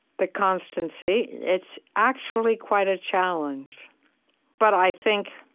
the constancy, it's actually quite a challenge but i think